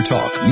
Talk